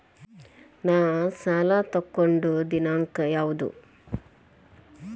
ನಾ ಸಾಲ ತಗೊಂಡು ದಿನಾಂಕ ಯಾವುದು?